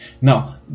Now